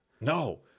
No